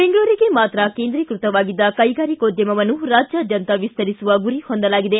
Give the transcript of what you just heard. ಬೆಂಗಳೂರಿಗೆ ಮಾತ್ರ ಕೇಂದ್ರೀಕೃತವಾಗಿದ್ದ ಕೈಗಾರಿಕೋದ್ಯಮವನ್ನು ರಾಜ್ಯಾದ್ಯಂತ ವಿಸ್ತರಿಸುವ ಗುರಿ ಹೊಂದಲಾಗಿದೆ